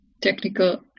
technical